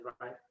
right